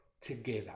together